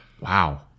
Wow